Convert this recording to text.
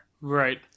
Right